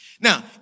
Now